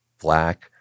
black